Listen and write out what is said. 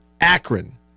Akron